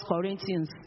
Corinthians